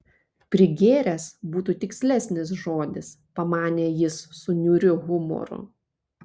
prigėręs būtų tikslesnis žodis pamanė jis su niūriu humoru